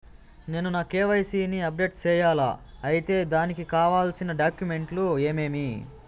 నేను నా కె.వై.సి ని అప్డేట్ సేయాలా? అయితే దానికి కావాల్సిన డాక్యుమెంట్లు ఏమేమీ?